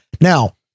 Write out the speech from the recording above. Now